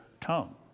tongue